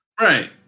Right